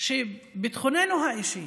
שביטחוננו האישי